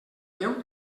déu